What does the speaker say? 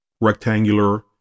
rectangular